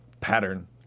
pattern